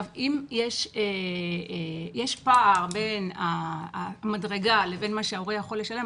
אם יש פער בין המדרגה לבין מה שההורה יכול לשלם,